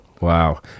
Wow